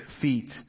feet